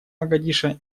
могадишо